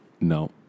no